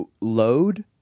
load